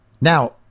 Now